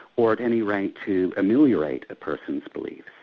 or at any rate to ameliorate a person's beliefs.